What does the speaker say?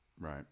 right